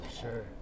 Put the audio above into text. Sure